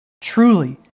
truly